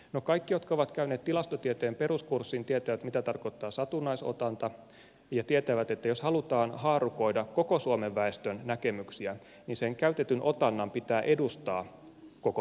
no kaikki jotka ovat käyneet tilastotieteen peruskurssin tietävät mitä tarkoittaa satunnaisotanta ja tietävät että jos halutaan haarukoida koko suomen väestön näkemyksiä niin sen käytetyn otannan pitää edustaa koko suomen väestöä